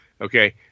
Okay